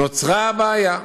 נוצרה הבעיה.